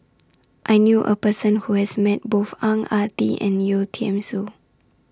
I knew A Person Who has Met Both Ang Ah Tee and Yeo Tiam Siew